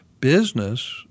business